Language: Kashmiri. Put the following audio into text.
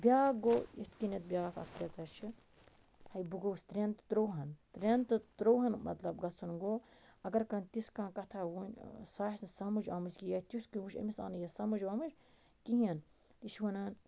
بیٛاکھ گوٚو اِتھ کٔنٮ۪تھ بیٛاکھ اکھ فریزا چھِ ہَے بہٕ گوُس ترٛین تہٕ تُرہن ترٮ۪ن تہٕ تُرہن مطلب گَژھن گوٚو اگر کانٛہہ تِس کانٛہہ کتھا ؤنۍ سَہ آسہِ نہٕ سمجھ آمٕژ کیٚنٛہہ یا تیُتھ کیٚنٛہہ وُچھِ أمِس آو نہٕ یہِ سمجھ ومٕجھ کِہیٖنۍ یہِ چھُ وَنان